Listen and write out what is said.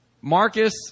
Marcus